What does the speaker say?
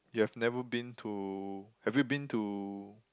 you have never been to have you been to